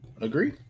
agree